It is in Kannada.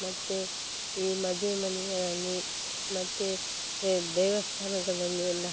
ಮತ್ತು ಈ ಮದುವೆ ಮನೆಗಳಲ್ಲಿ ಮತ್ತು ದೇವಸ್ಥಾನಗಳಲ್ಲಿ ಎಲ್ಲ